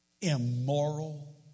immoral